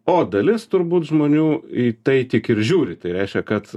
o dalis turbūt žmonių į tai tik ir žiūri tai reiškia kad